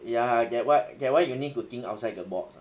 ya that would get why you need to think outside the box